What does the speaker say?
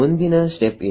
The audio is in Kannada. ಮುಂದಿನ ಸ್ಟೆಪ್ ಏನು